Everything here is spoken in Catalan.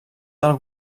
del